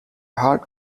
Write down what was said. hard